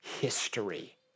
history